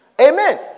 Amen